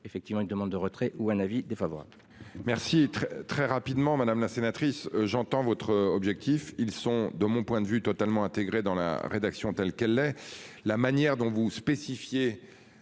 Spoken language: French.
ce sera donc une demande de retrait ou un avis défavorable.